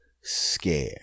scare